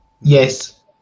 Yes